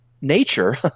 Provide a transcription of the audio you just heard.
nature